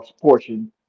portion